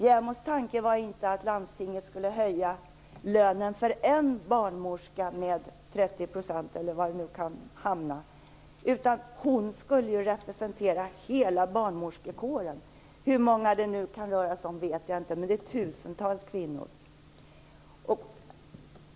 JämO:s tanke var inte att landstinget skulle höja lönen för en barnmorska med 30 % eller var det nu kunde hamna, utan hon skulle representera hela barnmorskekåren. Jag vet inte hur många det kan röra sig om, men det är tusentals kvinnor.